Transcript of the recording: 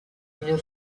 une